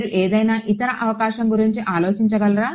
మీరు ఏదైనా ఇతర అవకాశం గురించి ఆలోచించగలరా